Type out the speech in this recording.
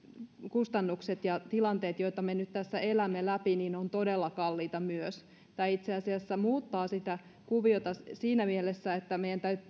kustannukset ja tilanteet joita me nyt tässä elämme läpi ovat todella kalliita tai itse asiassa voisimme muuttaa sitä kuviota siinä siinä mielessä että meidän todellakin